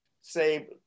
say